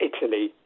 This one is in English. Italy